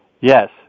Yes